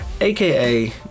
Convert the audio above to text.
AKA